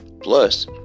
Plus